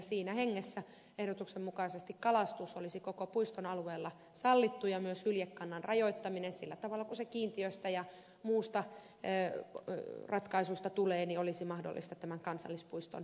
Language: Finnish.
siinä hengessä ehdotuksen mukaisesti kalastus olisi koko puiston alueella sallittu ja myös hyljekannan rajoittaminen sillä tavalla kuin se kiintiöistä ja muista ratkaisuista tulee olisi mahdollista tämän kansallispuiston alueella